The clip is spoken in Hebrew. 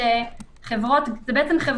זאת אומרת,